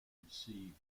received